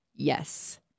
Yes